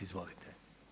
Izvolite.